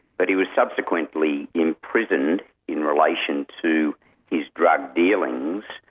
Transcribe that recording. but he was subsequently imprisoned in relation to his drug dealings,